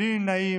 בלי נמנעים.